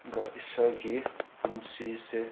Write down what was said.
ꯒ ꯏꯁꯥꯒꯤ ꯄꯨꯟꯁꯤꯁꯦ